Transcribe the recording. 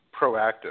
proactive